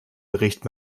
bericht